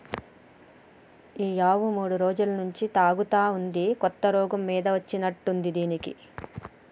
ఈ ఆవు మూడు రోజుల నుంచి తూగుతా ఉంది కొత్త రోగం మీద వచ్చినట్టుంది దీనికి